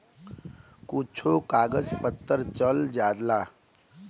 कुच्छो कागज पत्तर चल जाला